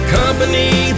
company